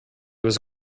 was